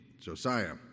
Josiah